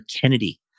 Kennedy